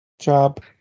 job